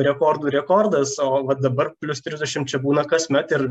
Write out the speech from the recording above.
rekordų rekordas o va dabar plius trisdešim čia būna kasmet ir